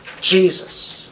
Jesus